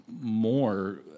more